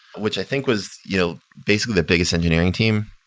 which i think was you know basically the biggest engineering team,